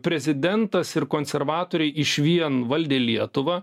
prezidentas ir konservatoriai išvien valdė lietuvą